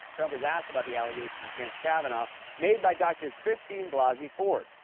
trump was asked about the allegations against kavanaugh made by dr. christine blasey ford.